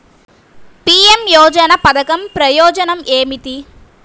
PM యోజన పధకం ప్రయోజనం ఏమితి?